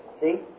See